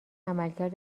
عملکرد